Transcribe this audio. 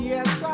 Yes